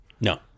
No